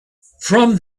from